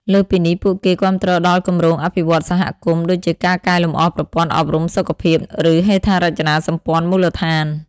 លើសពីនេះ ពួកគេគាំទ្រដល់គម្រោងអភិវឌ្ឍន៍សហគមន៍ ដូចជាការកែលម្អប្រព័ន្ធអប់រំ សុខភាព ឬហេដ្ឋារចនាសម្ព័ន្ធមូលដ្ឋាន។